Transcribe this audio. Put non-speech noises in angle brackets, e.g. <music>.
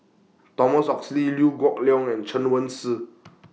Thomas Oxley Liew Geok Leong and Chen Wen Hsi <noise>